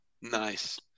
nice